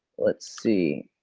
let's see.